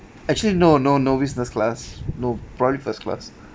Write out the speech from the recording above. actually no no no business class no probably first class